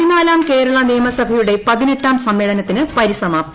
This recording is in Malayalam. പതിനാലാം കേരള നിയമസഭയുടെ പതിനെട്ടാം സമ്മേളനത്തിന് പരിസമാപ്തി